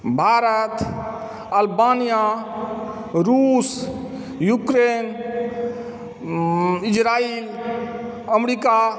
Bharat Albania रूस Ukraine Israel America